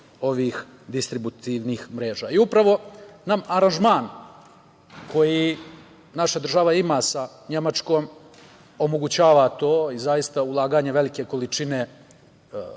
ovih distributivnih mreža. Upravo nam aranžman koji naša država ima sa Nemačkom omogućava to i zaista ulaganje velike količine